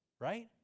right